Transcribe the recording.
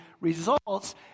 results